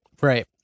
Right